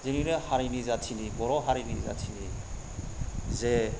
जोंनिनो हारिनि जाथिनि बर' हारिनि जाथिनि जे